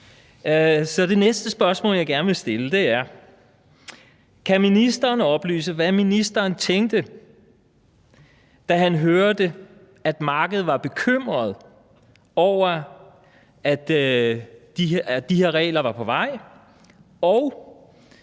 Det næste spørgsmål, jeg gerne vil stille, er: Kan ministeren oplyse, hvad ministeren tænkte, da han hørte, at markedet var bekymret over, at de her regler var på vej, og er